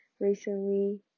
recently